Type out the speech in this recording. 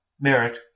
merit